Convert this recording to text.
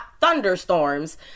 thunderstorms